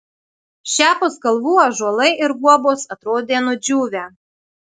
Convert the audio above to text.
šiapus kalvų ąžuolai ir guobos atrodė nudžiūvę